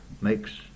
makes